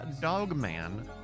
Dogman